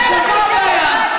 עכשיו, מה הבעיה?